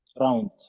round